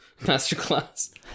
masterclass